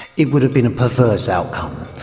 it would've been a perverse outcome.